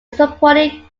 supporting